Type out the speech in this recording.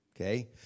okay